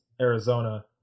Arizona